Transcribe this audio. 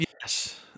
Yes